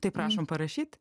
tai prašom parašyt